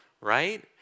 right